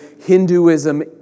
Hinduism